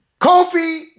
Kofi